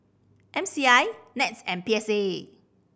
M C I NETS and P S A